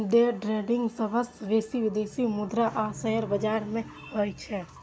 day trading सबसं बेसी विदेशी मुद्रा आ शेयर बाजार मे होइ छै